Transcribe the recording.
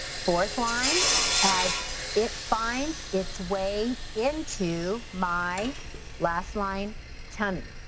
fourth line as it finds it's way into my last line tummy.